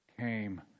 came